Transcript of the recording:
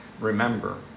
Remember